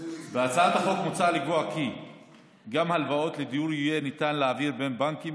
בהצעת החוק מוצע לקבוע כי גם הלוואות לדיור יתאפשר להעביר בין בנקים,